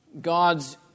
God's